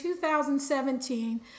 2017